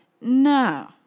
No